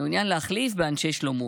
באנשי שלומו.